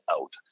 out